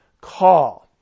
call